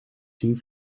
zien